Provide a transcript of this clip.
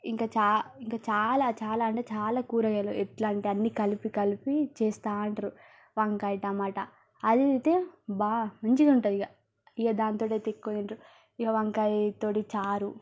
ఇంకా చా ఇంకా చాలా చాలా అంటే చాలా కూరగాయలు ఎట్లాంటే అన్నీ కలిపి కలపి చేస్తూ ఉంటారు వంకాయ టమాటా అదైతే బాగా మంచిగా ఉంటుంది ఇక ఇక దానితో అయితే ఎక్కువ తింటారు ఇక వంకాయ తోటి చారు